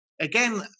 again